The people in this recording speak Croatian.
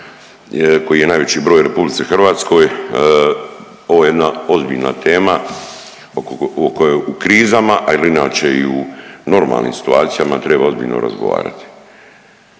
kojih je najveći broj u RH. Ovo je jedna ozbiljna tema o kojoj u krizama, ali inače i u normalnim situacijama treba ozbiljno razgovarati.